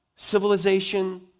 civilization